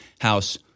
house